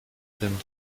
tym